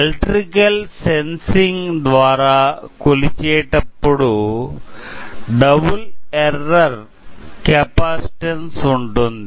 electrical sensing ద్వారా కొలిచేటప్పుడు double error capacitance ఉంటుంది